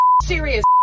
serious